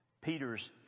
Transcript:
Peter's